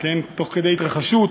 תוך כדי התרחשות,